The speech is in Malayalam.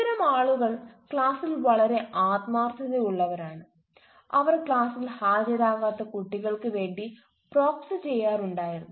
ഇത്തരം ആളുകൾ ക്ലാസ്സിൽ വളരെ ആത്മാർത്ഥതയുള്ളവരാണ് അവർ ക്ലാസ്സിൽ ഹാജരാകാത്ത കുട്ടികൾക്ക് വേണ്ടി പ്രോക്സി ചെയ്യാറുണ്ടായിരുന്നു